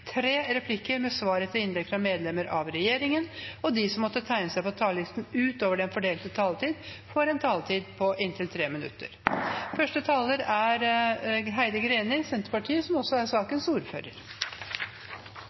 tre replikker med svar etter partienes hovedtalere og inntil seks replikker med svar etter innlegg fra medlemmer av regjeringen, og de som måtte tegne seg på talerlisten utover den fordelte taletid, får en taletid på inntil 3 minutter. Spørsmålet rundt bioteknologiloven er etisk vanskelig, men også